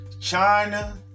China